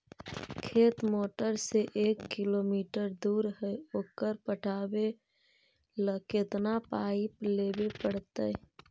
खेत मोटर से एक किलोमीटर दूर है ओकर पटाबे ल केतना पाइप लेबे पड़तै?